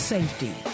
Safety